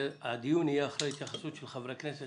הדיון יהיה אחרי התייחסות של חבריי הכנסת.